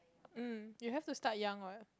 mm you have to start young what